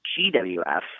GWF